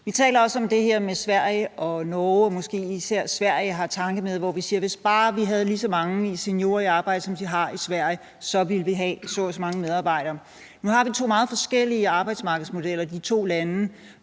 Vi taler også om det her med Sverige og Norge, og vi har måske især Sverige i tankerne, i forhold til at hvis bare vi havde lige så mange seniorer i arbejde, som de har i Sverige, så ville vi have så og så mange medarbejdere. Nu har vi to meget forskellige arbejdsmarkedsmodeller i de to lande,